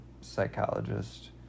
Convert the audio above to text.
psychologist